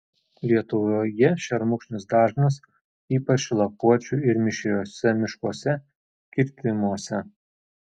lietuvoje šermukšnis dažnas ypač lapuočių ir mišriuose miškuose kirtimuose